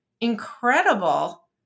incredible